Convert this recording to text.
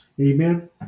Amen